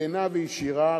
כנה וישירה,